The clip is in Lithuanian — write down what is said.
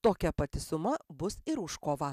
tokia pati suma bus ir už kovą